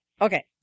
Okay